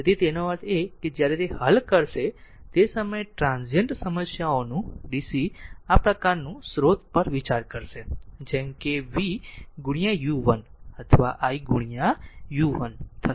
તેથી આનો અર્થ છે જ્યારે હલ થશે તે સમયે ટ્રાન્ઝીયન્ટ સમસ્યાઓનું DC આ પ્રકારનું સ્ત્રોત પર વિચાર કરશે જેમ કે v ut અથવા i ut થશે